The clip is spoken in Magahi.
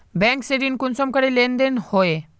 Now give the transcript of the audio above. बैंक से ऋण कुंसम करे लेन देन होए?